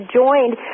joined